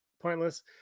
pointless